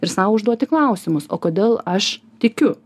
ir sau užduoti klausimus o kodėl aš tikiu